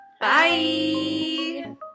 Bye